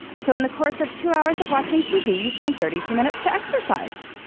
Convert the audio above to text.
so in the course of two hours of watching tv, you find thirty two minutes to exercise.